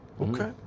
Okay